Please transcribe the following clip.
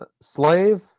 slave